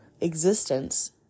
existence